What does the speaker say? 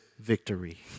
victory